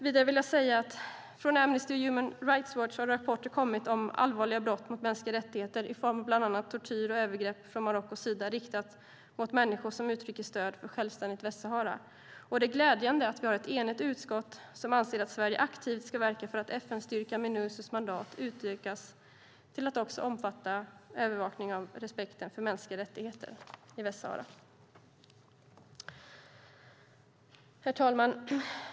Vidare vill jag säga att från Amnesty och Human Rights Watch har rapporter kommit om allvarliga brott mot mänskliga rättigheter i form av bland annat tortyr och övergrepp från Marockos sida riktat mot människor som uttrycker stöd för ett självständigt Västsahara. Det är därför glädjande att vi har ett enigt utskott som anser att Sverige aktivt ska verka för att FN-styrkan Minursos mandat utökas till att också omfatta övervakningen av respekten för mänskliga rättigheter i Västsahara. Herr talman!